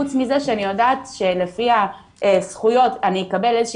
חוץ מזה שאני יודעת שלפי הזכויות אני אקבל איזו